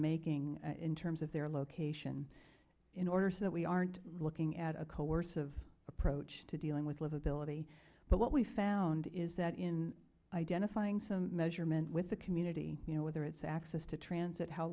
making in terms of their location in order so that we aren't looking at a coercive approach to dealing with livability but what we found is that in identifying some measurement with the community you know whether it's access to transit how